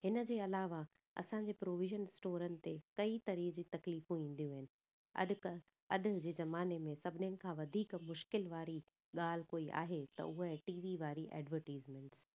हिनजे अलावा असांजे प्रोविज़न्स स्टोरनि ते कई तरीक़े जी तकलीफ़ू ईंदियूं आहिनि अॼुकल्ह अॼु जे ज़माने में सभिनीनि खां वधीक मुश्क़िल वारी ॻाल्हि कोई आहे त उहे टी वी वारी एडवरटीज़मैंट्स